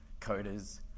coders